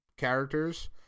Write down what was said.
characters